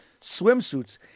swimsuits